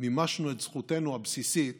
מימשנו את זכותנו הבסיסית